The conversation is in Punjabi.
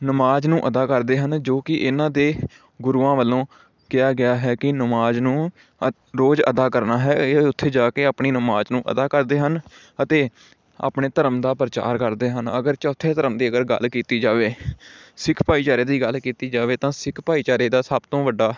ਨਮਾਜ਼ ਨੂੰ ਅਦਾ ਕਰਦੇ ਹਨ ਜੋ ਕਿ ਇਨ੍ਹਾਂ ਦੇ ਗੁਰੂਆਂ ਵੱਲੋਂ ਕਿਹਾ ਗਿਆ ਹੈ ਕਿ ਨਮਾਜ਼ ਨੂੰ ਅਤ ਰੋਜ਼ ਅਦਾ ਕਰਨਾ ਹੈ ਇਹ ਉੱਥੇ ਜਾ ਕੇ ਆਪਣੀ ਨਮਾਜ਼ ਨੂੰ ਅਦਾ ਕਰਦੇ ਹਨ ਅਤੇ ਆਪਣੇ ਧਰਮ ਦਾ ਪ੍ਰਚਾਰ ਕਰਦੇ ਹਨ ਅਗਰ ਚੌਥੇ ਧਰਮ ਦੀ ਅਗਰ ਗੱਲ ਕੀਤੀ ਜਾਵੇ ਸਿੱਖ ਭਾਈਚਾਰੇ ਦੀ ਗੱਲ ਕੀਤੀ ਜਾਵੇ ਤਾਂ ਸਿੱਖ ਭਾਈਚਾਰੇ ਦਾ ਸਭ ਤੋਂ ਵੱਡਾ